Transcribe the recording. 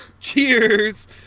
cheers